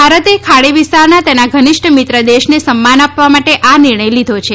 ભારતે ખાડી વિસ્તારના તેના ઘનિષ્ટ મિત્ર દેશને સમ્માન આપવા માટે આ નિર્ણય લીધો છે